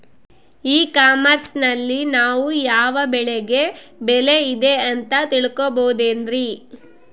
E commerce ನಲ್ಲಿ ನಾವು ಯಾವ ಬೆಳೆಗೆ ಬೆಲೆ ಇದೆ ಅಂತ ತಿಳ್ಕೋ ಬಹುದೇನ್ರಿ?